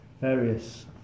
various